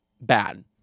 bad